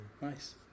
Nice